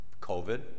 COVID